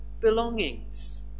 belongings